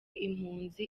impunzi